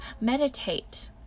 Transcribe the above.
meditate